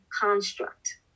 construct